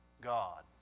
God